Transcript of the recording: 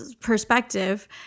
perspective